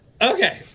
Okay